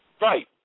right